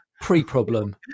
pre-problem